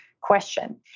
question